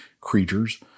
creatures